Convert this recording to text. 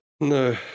No